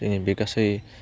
जोंनि बे गासै